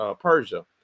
Persia